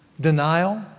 denial